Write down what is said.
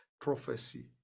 prophecy